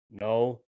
No